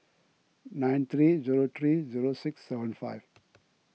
nine three zero three zero six seven five